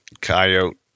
coyote